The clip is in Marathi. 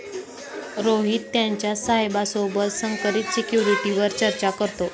रोहित त्याच्या साहेबा सोबत संकरित सिक्युरिटीवर चर्चा करतो